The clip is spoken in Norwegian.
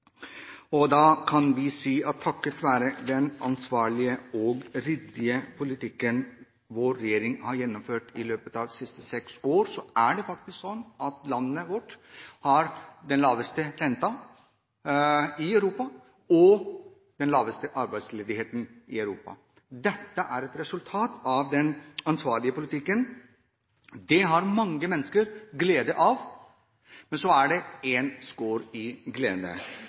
Da kan vi si at takket være den ansvarlige og ryddige politikken vår regjering har gjennomført i løpet av de siste seks årene, er det faktisk sånn at landet vårt har den laveste renten i Europa og den laveste arbeidsledigheten i Europa. Dette er et resultat av den ansvarlige politikken. Det har mange mennesker glede av, men så er det et skår i